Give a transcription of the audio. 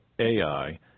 Ai